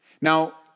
Now